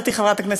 יש משפחות כאלה.